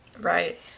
Right